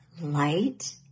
light